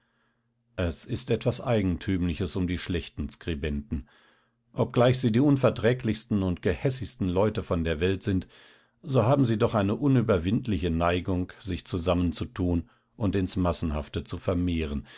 es ist etwas eigentümliches um die schlechten skribenten obgleich sie die unverträglichsten und gehässigsten leute von der welt sind so haben sie doch eine unüberwindliche neigung sich zusammenzutun und ins massenhafte zu vermehren